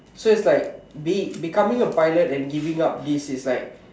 so it's like be becoming a pilot and giving up this is like